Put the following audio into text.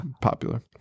popular